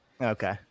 Okay